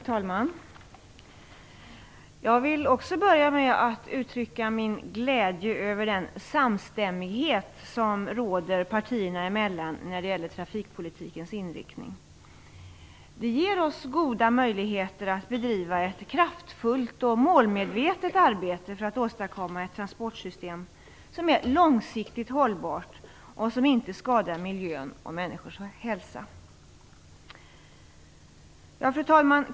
Fru talman! Jag vill också börja med att uttrycka min glädje över den samstämmighet som råder partierna emellan när det gäller trafikpolitikens inriktning. Det ger oss goda möjligheter att bedriva ett kraftfullt och målmedvetet arbete för att åstadkomma ett transportsystem som är långsiktigt hållbart och som inte skadar miljön och människors hälsa. Fru talman!